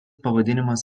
pavadinimas